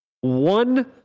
One